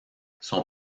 son